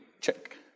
check